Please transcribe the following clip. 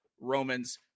Romans